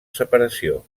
separació